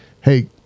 Hey